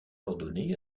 ordonné